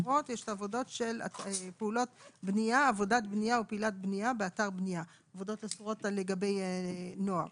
האסורות יש פעולות בנייה באתר בנייה עבודות אסורות לגבי נוער